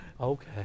okay